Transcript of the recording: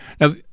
Now